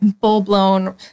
full-blown